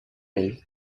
ell